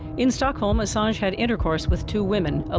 in stockholm, assange had intercourse with two women. ah